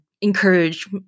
encourage